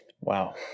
Wow